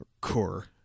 core